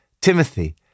Timothy